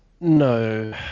No